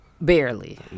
Barely